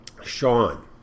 Sean